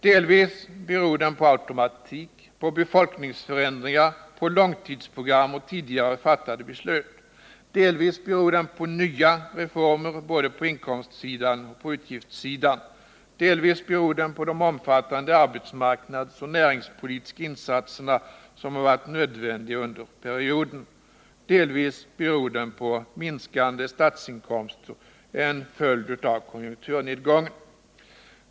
Delvis beror den på automatik, på befolkningsförändringar, på långtidsprogram och tidigare fattade beslut. Delvis beror den på nya reformer, både på inkomstsidan och på utgiftssidan. Delvis beror den på de omfattande arbetsmarknadsoch näringspolitiska insatser som varit nödvändiga under perioden. Delvis beror den på minskande statsinkomster, en följd av konjunkturnedgången.